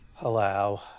Allow